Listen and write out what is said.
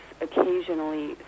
occasionally